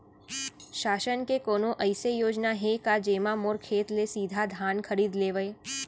शासन के कोनो अइसे योजना हे का, जेमा मोर खेत ले सीधा धान खरीद लेवय?